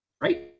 right